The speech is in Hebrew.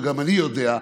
וגם אני יודע,